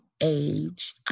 age